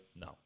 no